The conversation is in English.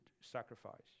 sacrifice